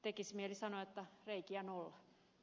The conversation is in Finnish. tekisi mieli sanoa että reikiä nolla